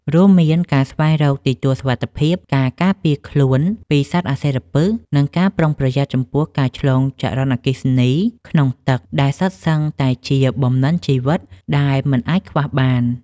រួមមានការស្វែងរកទីទួលសុវត្ថិភាព ការការពារខ្លួនពីសត្វអាសិរពិស និងការប្រុងប្រយ័ត្នចំពោះការឆ្លងចរន្តអគ្គិសនីក្នុងទឹក ដែលសុទ្ធសឹងតែជាបំណិនជីវិតដែលមិនអាចខ្វះបាន។